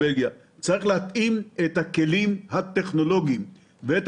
צריך להתאים את הכלים הטכנולוגיים ואת